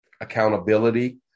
accountability